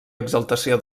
exaltació